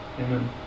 Amen